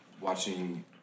watching